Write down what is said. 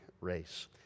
race